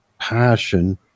passion